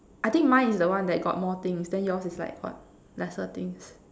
I think mine is the one that got more things then yours is like got lesser things